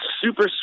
super